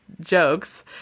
jokes